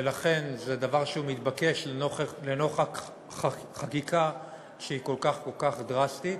וזה דבר מתבקש לנוכח החקיקה שהיא כל כך כל כך דרסטית,